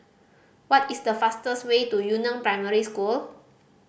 what is the fastest way to Yu Neng Primary School